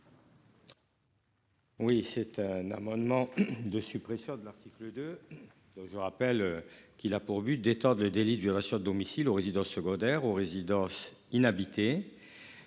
Oui c'est un amendement de suppression de l'article de. Donc je rappelle qu'il a pour but d'éteindre le délit de violation de domicile ou résidence secondaire au résidence inhabitée.